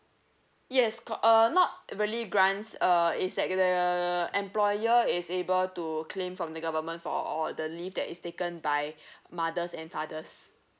yes ca~ uh not really grants uh is like the the employer is able to claim from the government for all the leave that is taken by mothers and fathers